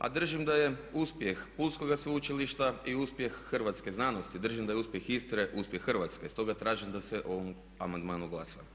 A držim da je uspjeh Pulskoga sveučilišta i uspjeh hrvatske znanosti, držim da je uspjeh Istre uspjeh Hrvatske stoga tražim da se o amandmanu glasa.